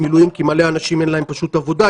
מילואים כי למלא אנשים אין פשוט עבודה,